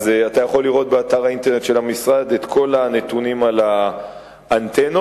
מודיעין-עילית, אלעד ורכסים.